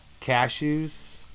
Cashews